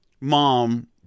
mom